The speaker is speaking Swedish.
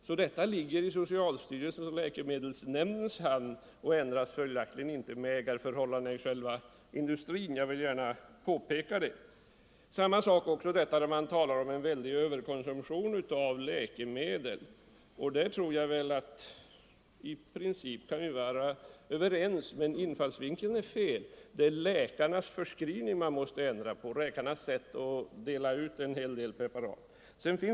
Detta ligger alltså i socialstyrelsens och läkemedelsnämndens hand och ändras följaktligen inte av ägarförhållandena i själva industrin. — Jag vill gärna påpeka det. Detsamma gäller talet om en väldig överkonsumtion av läkemedel. I princip kan vi vara ense om detta, men motionärernas infallsvinkel är felaktig. Det är läkarnas förskrivning av läkemedel, deras sätt att dela ut preparat som man måste ändra på.